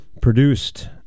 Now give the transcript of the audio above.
produced